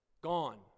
Gone